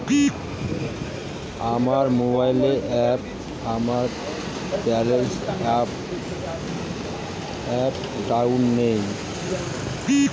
আমার মোবাইল অ্যাপে আমার ব্যালেন্স আপডেটেড নেই